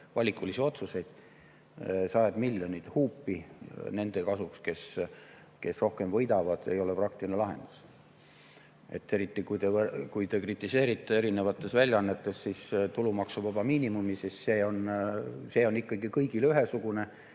valikulisi otsuseid. Sajad miljonid huupi nende kasuks, kes [on jõukamad], ei ole praktiline lahendus. Eriti, kui te kritiseerite erinevates väljaannetes tulumaksuvaba miinimumi, siis see on ikkagi kõigile ühesugune